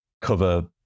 cover